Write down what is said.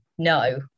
No